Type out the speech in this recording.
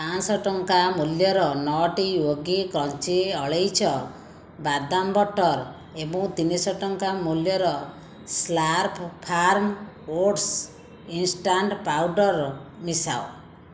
ପାଞ୍ଚଶହ ଟଙ୍କା ମୂଲ୍ୟର ନଅଟି ୟୋଗୀ କ୍ରଞ୍ଚି ଅଳେଇଚ ବାଦାମ ବଟର୍ ଏବଂ ତିନିଶହ ଟଙ୍କା ମୂଲ୍ୟର Slurrp Farm oats instant powder ମିଶାଅ